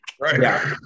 Right